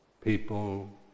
people